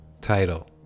Title